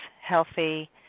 healthy